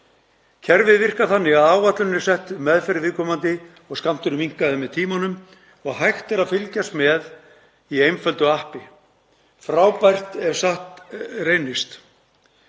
Kerfið virkar þannig að áætlun er sett um meðferð viðkomandi og skammturinn minnkaður með tímanum og hægt er að fylgjast með í einföldu appi. Frábært ef satt reynist.